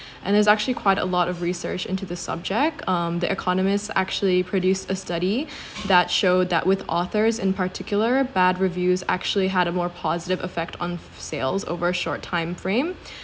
and there's actually quite a lot of research into this subject um the economists actually produced a study that showed that with authors in particular bad reviews actually had a more positive effect on sales over short time frame